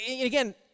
Again